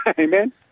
amen